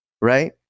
right